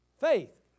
faith